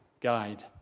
guide